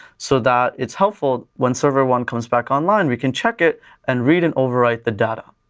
so that, it's helpful, when server one comes back online, we can check it and read and overwrite the data.